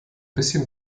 bisschen